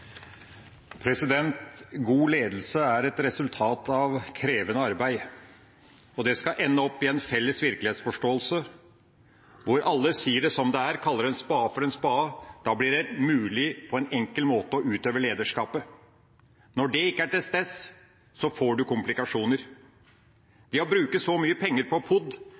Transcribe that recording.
God ledelse er resultat av krevende arbeid, og det skal ende opp i en felles virkelighetsforståelse hvor alle sier det som det er – og kaller en spade for en spade. Da blir det på en enkel måte mulig å utøve lederskapet. Når dette ikke er til stede, får man komplikasjoner. Det å bruke så mye penger på POD